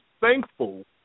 thankful